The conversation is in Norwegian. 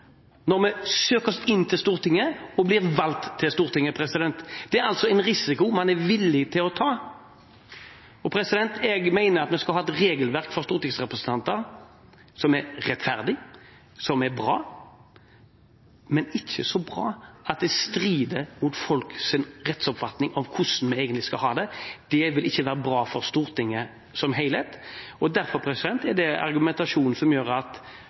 når vi søker oss til Stortinget og blir valgt til Stortinget. Det er en risiko man er villig til å ta. Jeg mener at vi skal ha et regelverk for stortingsrepresentanter som er rettferdig, og som er bra – men ikke så bra at det strider mot folks rettsoppfatning av hvordan vi egentlig skal ha det. Det vil ikke være bra for Stortinget som helhet. Derfor er det argumentasjonen som gjør at